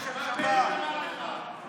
(קוראת בשמות חברי הכנסת)